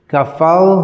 Kafal